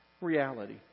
reality